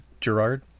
Gerard